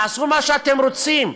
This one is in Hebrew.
תעשו מה שאתם רוצים.